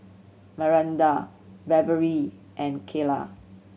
Myranda Beverlee and Keila